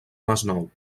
masnou